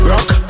Rock